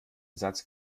satz